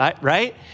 right